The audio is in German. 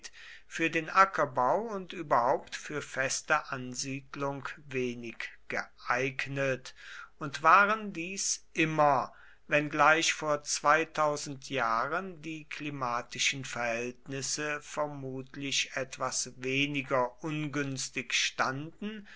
für den ackerbau und überhaupt für feste ansiedlung wenig geeignet und waren dies immer wenngleich vor zweitausend jahren die klimatischen verhältnisse vermutlich etwas weniger ungünstig standen